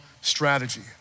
strategy